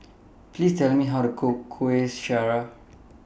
Please Tell Me How to Cook Kuih Syara